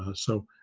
ah so,